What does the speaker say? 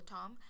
Tom